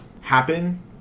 happen